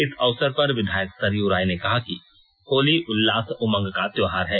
इस अवसर पर विधायक सरयू राय ने कहा कि होली उल्लास उमंग का त्यौहार है